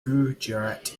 gujarati